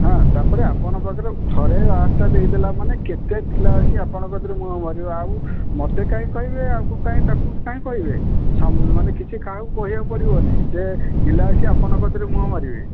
ହଁ ତା'ପରେ ଆପଣଙ୍କ ପାଖରେ ଥରେ ଆଡ଼୍ଟା ଦେଇଦେଲା ମାନେ କେତେ ପିଲା ଆସି ଆପଣଙ୍କ କତିରେ ମୁହଁ ମାରିବେ ଆଉ ମୋତେ କାଇଁ କହିବେ ଆକୁ କାଇଁ ତା'କୁ କାଇଁ କହିବେ ସମ୍ କିଛି କାହାକୁ କହିବାକୁ ପଡ଼ିବନାଇଁ ସେ ପିଲା ଆସି ଆପଣଙ୍କ କତିରେ ମୁହଁ ମାରିବେ